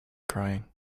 crying